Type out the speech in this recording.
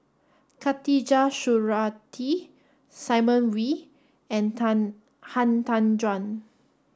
Khatijah Surattee Simon Wee and Tan Han Tan Juan